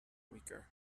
weaker